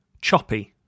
Choppy